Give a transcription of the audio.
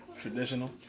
traditional